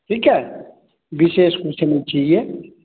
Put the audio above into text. ठीक है विशेष कुछ नहीं चाहिए